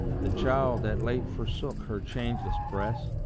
the child that late forsook her changeless breast,